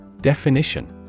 Definition